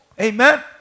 Amen